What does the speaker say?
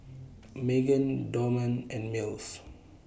Magen Dorman and Mills